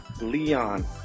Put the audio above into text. Leon